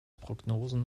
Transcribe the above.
prognosen